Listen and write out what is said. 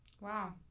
Wow